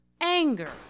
anger